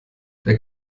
der